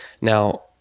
now